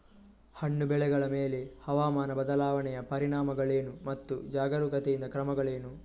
ಹಣ್ಣು ಬೆಳೆಗಳ ಮೇಲೆ ಹವಾಮಾನ ಬದಲಾವಣೆಯ ಪರಿಣಾಮಗಳೇನು ಮತ್ತು ಜಾಗರೂಕತೆಯಿಂದ ಕ್ರಮಗಳೇನು?